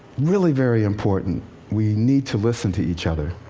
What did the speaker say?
really, very important we need to listen to each other.